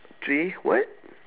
three what